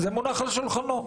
זה מונח על שולחנו.